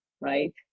Right